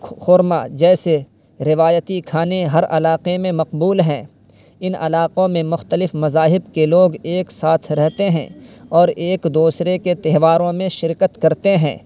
خورمہ جیسے روایتی کھانے ہر علاقے میں مقبول ہیں ان علاقوں میں مختلف مذاہب کے لوگ ایک ساتھ رہتے ہیں اور ایک دوسرے کے تہواروں میں شرکت کرتے ہیں